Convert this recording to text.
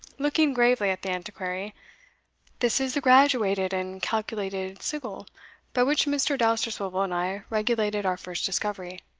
looking gravely at the antiquary this is the graduated and calculated sigil by which mr. dousterswivel and i regulated our first discovery.